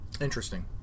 Interesting